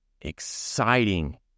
exciting